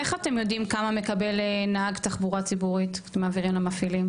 איך אתם יודעים כמה מקבל נהג תחבורה ציבורית שאתם מעבירים למפעילים